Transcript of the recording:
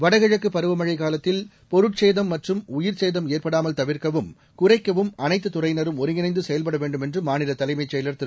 வடகிழக்கு பருவமழை காலத்தில் பொருட்சேதம் மற்றும் உயிர்ச் சேதம் ஏற்படாமல் தவிர்க்கவும் குறைக்கவும் அனைத்து துறையினரும் ஒருங்கிணைந்து செயல்பட வேண்டும் என்று மாநில தலைமைச் செயலர் திரு